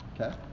Okay